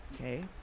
Okay